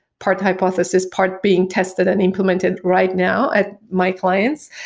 part hypothesis, part being tested and implemented right now at my clients.